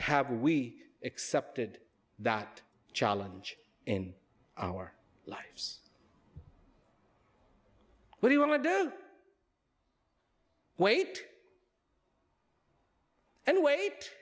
have we accepted that challenge in our lives what we want to do wait and wait